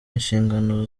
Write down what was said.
inshingano